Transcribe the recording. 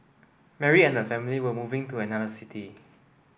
Mary and her family were moving to another city